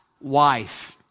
wife